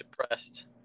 depressed